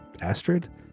astrid